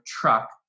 truck